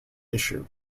issue